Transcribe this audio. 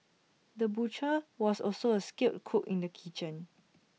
the butcher was also A skilled cook in the kitchen